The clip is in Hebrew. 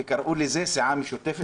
וקראו לזה סיעה משותפת,